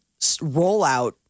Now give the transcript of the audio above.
rollout